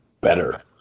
better